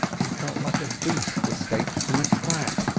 he felt like a beast escaped from a trap,